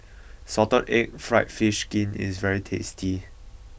Salted Egg Fried Fish Skin is very tasty